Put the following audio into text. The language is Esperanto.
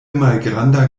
malgranda